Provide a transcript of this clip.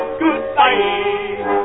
goodbye